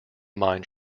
mine